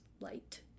light